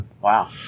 Wow